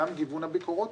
גם גיוון הביקורות,